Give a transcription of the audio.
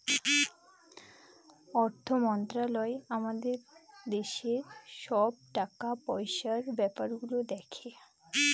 অর্থ মন্ত্রালয় আমাদের দেশের সব টাকা পয়সার ব্যাপার গুলো দেখে